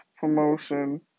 promotion